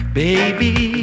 baby